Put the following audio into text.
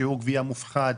שיעור גבייה מופחת,